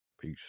Peace